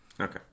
Okay